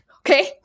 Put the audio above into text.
okay